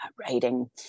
writing